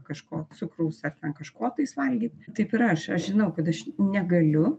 kažko cukraus ar ten kažko tais valgyt taip ir aš aš žinau kad aš negaliu